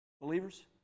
Believers